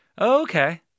okay